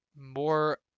more